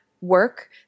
work